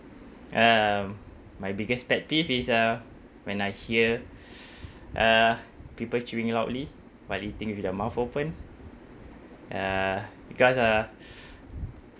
um my biggest pet peeve is uh when I hear uh people chewing loudly while eating with their mouth open uh because uh